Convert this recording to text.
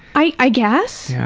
i guess.